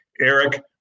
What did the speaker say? Eric